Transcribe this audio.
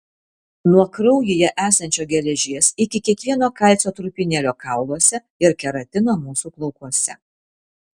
nuo kraujyje esančio geležies iki kiekvieno kalcio trupinėlio kauluose ir keratino mūsų plaukuose